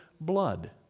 blood